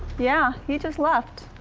yeah. he just left.